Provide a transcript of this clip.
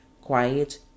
quiet